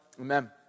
Amen